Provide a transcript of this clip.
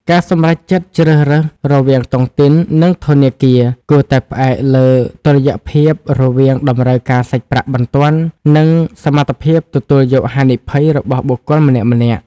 ការសម្រេចចិត្តជ្រើសរើសរវាងតុងទីន និងធនាគារ គួរតែផ្អែកលើតុល្យភាពរវាង "តម្រូវការសាច់ប្រាក់បន្ទាន់" និង "សមត្ថភាពទទួលយកហានិភ័យ" របស់បុគ្គលម្នាក់ៗ។